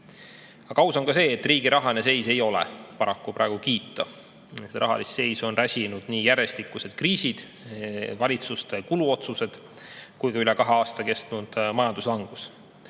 Aga aus on tunnistada, et riigi rahaline seis ei ole paraku praegu kiita. Rahalist seisu on räsinud nii järjestikused kriisid, valitsuste kuluotsused kui ka üle kahe aasta kestnud majanduslangus.